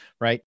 right